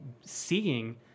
seeing